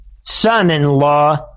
son-in-law